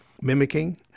mimicking